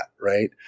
Right